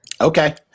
Okay